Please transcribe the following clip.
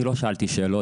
אני לא שאלתי שאלות.